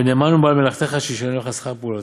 ונאמן הוא בעל מלאכתך שישלם לך שכר פעולתך."